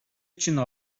чинь